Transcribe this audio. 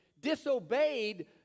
disobeyed